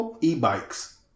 e-bikes